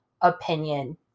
opinion